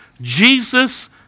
Jesus